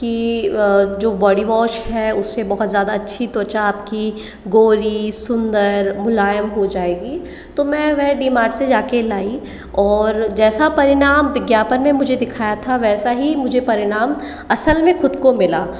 की जो body wash है उससे बहुत ज़्यादा अच्छी त्वचा आपकी गोरी सुंदर मुलायम हो जाएगी तो मैं वह डी मार्ट से जाकर लाई और जैसा परिणाम विज्ञापन में मुझे दिखाया था वैसा ही मुझे परिणाम असल में खुद को मिला